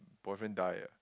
boyfriend die ah